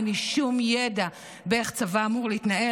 אין לי שום ידע באיך צבא אמור להתנהל,